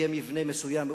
יהיה מבנה מסוים,